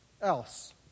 else